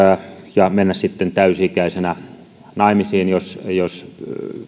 ja mennä sitten täysi ikäisenä naimisiin jos